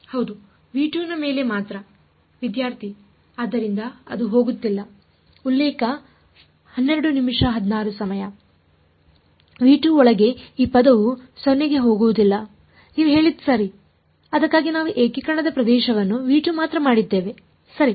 ಹೌದು ನ ಮೇಲೆ ಮಾತ್ರ ವಿದ್ಯಾರ್ಥಿ ಆದ್ದರಿಂದ ಅದು ಹೋಗುತ್ತಿಲ್ಲ ಒಳಗೆ ಈ ಪದವು 0 ಕ್ಕೆ ಹೋಗುವುದಿಲ್ಲ ನೀವು ಹೇಳಿದ್ದು ಸರಿ ಅದಕ್ಕಾಗಿಯೇ ನಾವು ಏಕೀಕರಣದ ಪ್ರದೇಶವನ್ನು ಮಾತ್ರ ಮಾಡಿದ್ದೇವೆ ಸರಿ